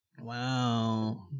Wow